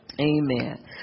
Amen